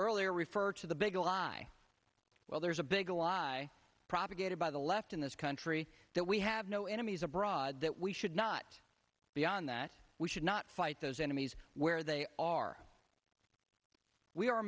earlier referred to the big lie well there's a big lie propagated by the left in this country that we have no enemies abroad that we should not be on that we should not fight those enemies where they are we are